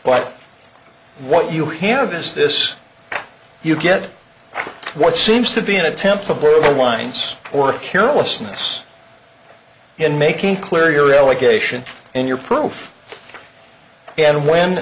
but what you have is this you get what seems to be an attempt to boil the lines or carelessness in making clear your allegation and your proof and when